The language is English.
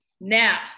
now